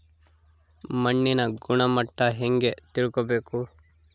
ಮಣ್ಣಿನ ಗುಣಮಟ್ಟ ಹೆಂಗೆ ತಿಳ್ಕೊಬೇಕು?